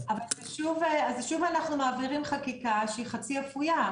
אז שוב אנחנו מעבירים חקיקה שהיא חצי אפויה.